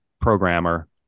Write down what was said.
programmer